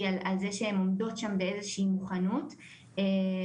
היום אני עומדת במקומה של יו"ר הוועדה,